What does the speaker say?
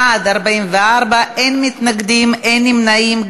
בעד, 44, אין מתנגדים, אין נמנעים.